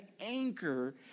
anchor